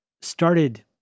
started